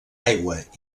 aigua